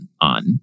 on